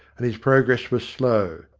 and his progress was slow.